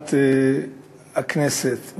ועדת הכנסת,